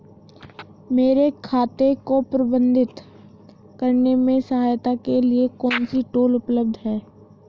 मेरे खाते को प्रबंधित करने में सहायता के लिए कौन से टूल उपलब्ध हैं?